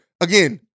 Again